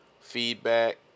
feedback